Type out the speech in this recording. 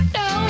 no